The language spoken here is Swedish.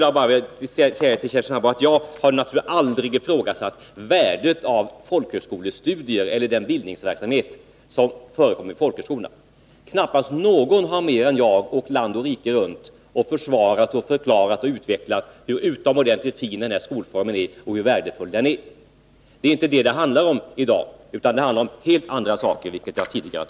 Jag har aldrig ifrågasatt värdet av folkhögskolestudier eller den bildningsverksamhet som förekommer på folkhögskolorna. Knappast någon i kammaren har mer än jag åkt land och rike runt och försvarat och förklarat och utvecklat hur fin och värdefull denna skolform är.